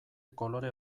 kolore